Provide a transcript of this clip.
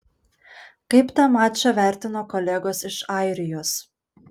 kaip tą mačą vertino kolegos iš airijos